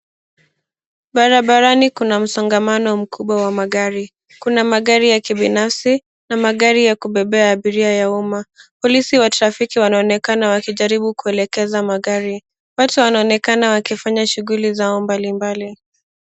Barabarani kuna msongamano mkubwa wa magari. Kuna magari ya kibinafsi na magari ya kubebea abiria ya umma. Polisi wa trafiki wanaonekana wakiwa wanajaribu kuelekeza magari. Watu wanaonekana wakifanya shughuli zao mbalimbali.